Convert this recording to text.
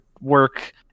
work